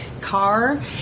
car